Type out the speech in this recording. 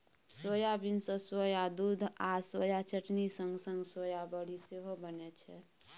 soybean सँ soya दुध आ सोया चटनी संग संग सोया बरी सेहो बनै छै